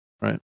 Right